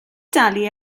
dalu